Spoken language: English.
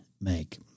make